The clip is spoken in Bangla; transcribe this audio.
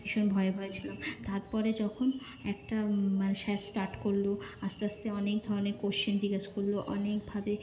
ভীষণ ভয়ে ভয়ে ছিলাম তার পরে যখন একটা মানে স্যার স্টার্ট করল আস্তে আস্তে অনেক ধরনের কোয়েশ্চেন জিজ্ঞাসা করল অনেকভাবে